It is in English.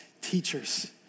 teachers